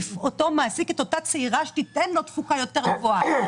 יעדיף אותו מעסיק את אותה צעירה שתיתן לו תפוקה יותר גבוהה.